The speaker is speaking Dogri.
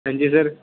हां जी सर